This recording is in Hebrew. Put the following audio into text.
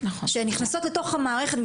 אני לא יודעת לתת לזה את הדעת.